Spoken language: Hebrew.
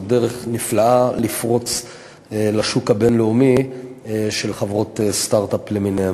זאת דרך נפלאה לפרוץ לשוק הבין-לאומי של חברות סטרט-אפ למיניהן.